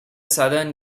southern